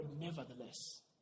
nevertheless